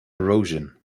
erosion